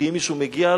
כי אם למישהו מגיע,